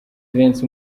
vincent